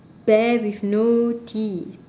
bear with no teeth